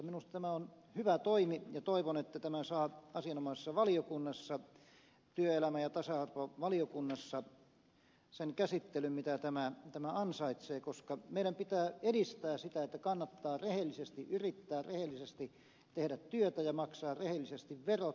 minusta tämä on hyvä toimi ja toivon että tämä saa asianomaisessa valiokunnassa työelämä ja tasa arvovaliokunnassa sen käsittelyn mitä tämä ansaitsee koska meidän pitää edistää sitä että kannattaa rehellisesti yrittää rehellisesti tehdä työtä ja maksaa rehellisesti verot